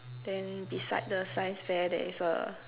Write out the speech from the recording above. then beside the science fair there is a